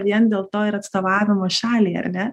vien dėl to ir atstovavimo šaliai ar ne